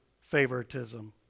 favoritism